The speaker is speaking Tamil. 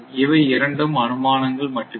இவை இரண்டும் அனுமானங்கள் மட்டுமே